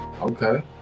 Okay